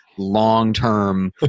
long-term